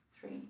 three